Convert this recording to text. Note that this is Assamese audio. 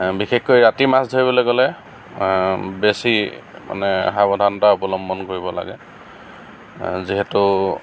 বিশেষকৈ ৰাতি মাছ ধৰিবলৈ গ'লে বেছি মানে সাৱধানতা অৱলম্বন কৰিব লাগে যিহেতু